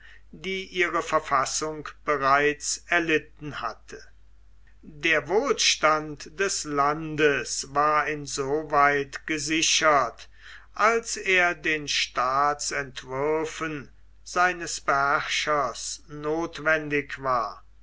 die ihre verfassung bereits erlitten hatte der wohlstand des landes war in so weit gesichert als er den staatsentwürfen seines beherrschers nothwendig war